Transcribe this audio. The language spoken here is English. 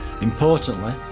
Importantly